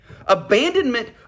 Abandonment